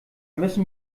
müssen